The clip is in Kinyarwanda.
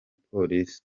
polisi